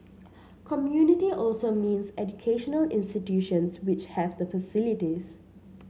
community also means educational institutions which have the facilities